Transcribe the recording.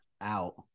out